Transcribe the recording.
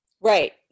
right